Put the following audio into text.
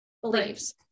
beliefs